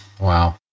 Wow